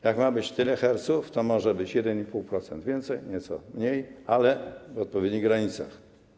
Jak ma być tyle herców, to może być 1,5% więcej, nieco mniej, ale w odpowiednich granicach.